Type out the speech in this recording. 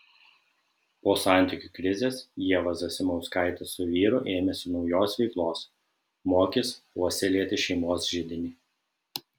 po santykių krizės ieva zasimauskaitė su vyru ėmėsi naujos veiklos mokys puoselėti šeimos židinį